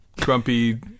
grumpy